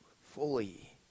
fully